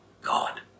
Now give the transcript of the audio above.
God